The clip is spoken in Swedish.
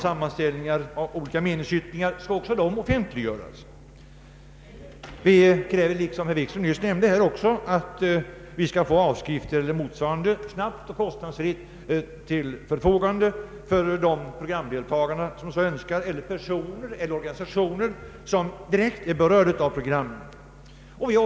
Sammanställningar av sådana meningsyttringar skulle också kunna offentliggöras. Vi kräver, som herr Wikström nyss nämnde, att utskrifter av programmen snabbt och kostnadsfritt ställs till förfogande till de programdeltagare som så önskar eller till de personer och organisationer som direkt är berörda av programmen.